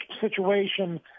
situation